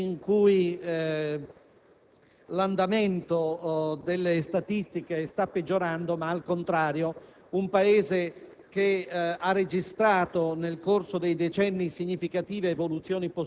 Così come apprezzo che lei abbia subito voluto sottolineare il contesto nel quale questo infortunio si è verificato: non quello di un Paese in cui